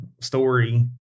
story